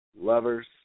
lovers